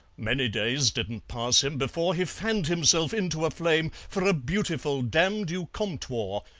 many days didn't pass him before he fanned himself into a flame, for a beautiful dam du comptwore,